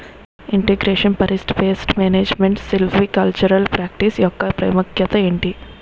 integration forest pest management silvicultural practice యెక్క ప్రాముఖ్యత ఏంటి